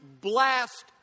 blast